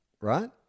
right